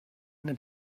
eine